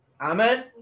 Amen